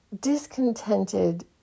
discontented